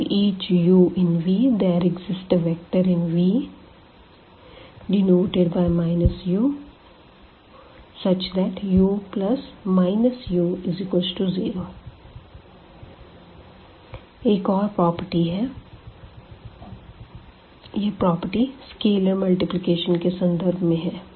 For each u∈V a vector in V denoted by u st u u0 एक और property है यह property scalar multiplication के संदर्भ में है